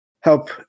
help